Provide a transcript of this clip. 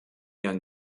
young